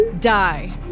Die